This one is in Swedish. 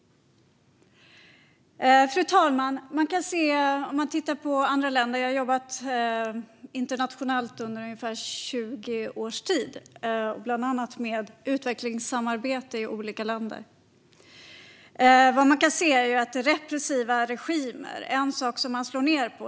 Fru talman! Jag har jobbat internationellt under ungefär 20 års tid, bland annat med utvecklingssamarbete i olika länder. När vi tittar på andra länder kan vi se vad det är som repressiva regimer slår ned på.